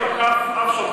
החייל המדובר לא תקף אף שוטר,